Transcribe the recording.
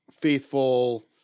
faithful